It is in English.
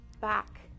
back